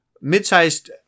mid-sized